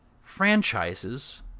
franchises